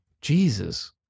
Jesus